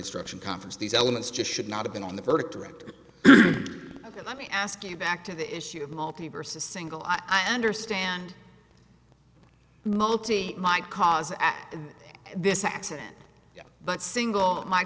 instruction conference these elements just should not have been on the verdict let me ask you back to the issue of multi verse a single i understand multi might cause at this accident but single m